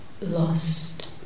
lost